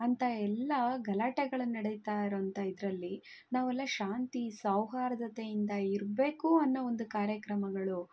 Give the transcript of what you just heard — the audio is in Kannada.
ಅಂತ ಎಲ್ಲ ಗಲಾಟೆಗಳು ನಡೀತಾ ಇರುವಂಥ ಇದರಲ್ಲಿ ನಾವೆಲ್ಲ ಶಾಂತಿ ಸೌಹಾರ್ದತೆಯಿಂದ ಇರಬೇಕು ಅನ್ನೋ ಒಂದು ಕಾರ್ಯಕ್ರಮಗಳು